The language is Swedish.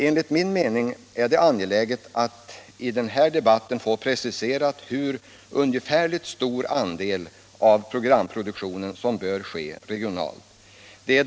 Enligt min mening är det angeläget att i den här debatten få preciserat hur stor andel av riksprogramproduktionen som bör ske regionalt.